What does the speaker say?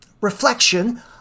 reflection